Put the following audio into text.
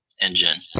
engine